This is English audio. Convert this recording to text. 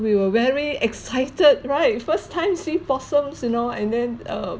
we were very excited right first time see possums you know and then um